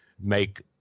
make